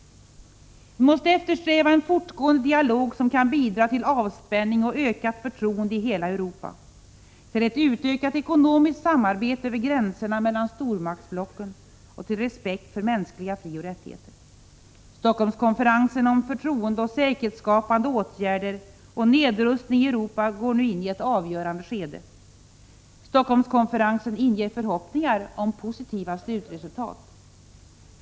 Vi måste eftersträva en fortgående dialog som kan bidra till avspänning och ökat förtroende i hela Europa, till ett utökat ekonomiskt samarbete över gränserna mellan stormaktsblocken och till respekt för mänskliga frioch rättigheter. Helsingforsskonferensen om förtroendeoch säkerhetsskapande åtgärder och nedrustning i Europa går nu in i ett avgörande skede. Helsingforsskonferensen inger förhoppningar om positiva slutresultat.